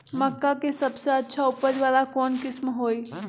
मक्का के सबसे अच्छा उपज वाला कौन किस्म होई?